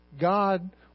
God